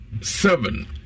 seven